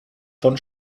von